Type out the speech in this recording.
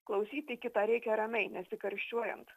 klausyti kitą reikia ramiai nesikarščiuojant